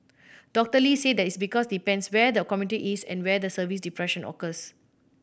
Doctor Lee said that's because it depends where the commuter is and where the service disruption occurs